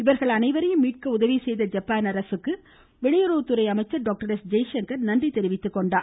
இவர்கள் அனைவரையும் மீட்க உதவி செய்த ஜப்பான் அரசுக்கு வெளியுறவுத்துறை அமைச்சர் டாக்டர் ஜெய்சங்கர் நன்றி தெரிவித்துக்கொண்டார்